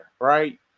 right